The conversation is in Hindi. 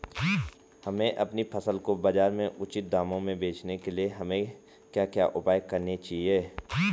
हमें अपनी फसल को बाज़ार में उचित दामों में बेचने के लिए हमें क्या क्या उपाय करने चाहिए?